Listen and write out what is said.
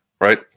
right